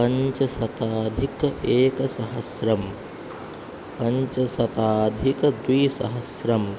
पञ्चशताधिकम् एकसहस्रम् पञ्चशताधिकद्विसहस्रं